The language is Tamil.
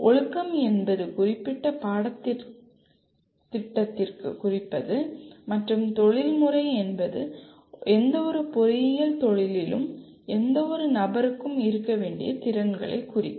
ஒழுக்கம் என்பது குறிப்பிட்ட பாடத்திற்குட்பட்டு குறிப்பது மற்றும் தொழில்முறை என்பது எந்தவொரு பொறியியல் தொழிலிலும் எந்தவொரு நபருக்கும் இருக்க வேண்டிய திறன்களைக் குறிக்கும்